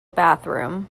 bathroom